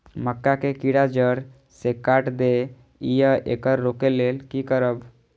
मक्का के कीरा जड़ से काट देय ईय येकर रोके लेल की करब?